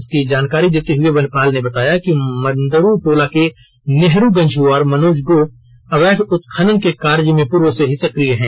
इसकी जानकारी देते हुए वनपाल ने बताया कि मंदरुटोला के नेहरू गंझू और मनोज गोप अवैध उत्खनन के कार्य में पूर्व से ही सक्रिय हैं